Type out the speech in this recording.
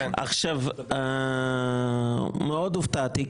מאוד הופתעתי,